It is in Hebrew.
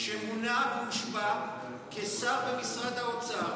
שמונה והושבע כשר במשרד האוצר